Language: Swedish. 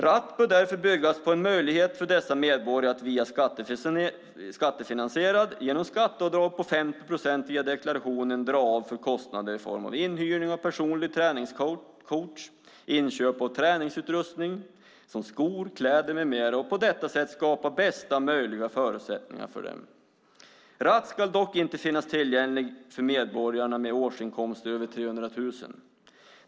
RAT bör därför byggas på en möjlighet för dessa medborgare att göra ett skattefinansierat - genom skatteavdrag på 50 procent via deklarationen - avdrag för kostnader i form av inhyrning av personlig träningscoach, inköp av träningsutrustning som skor, kläder med mera för att på detta sätt skapa bästa möjliga förutsättningar för dem. RAT-avdrag ska dock inte finnas tillgängligt för medborgare med årsinkomster över 300 000.